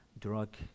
drug